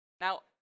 Now